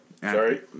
Sorry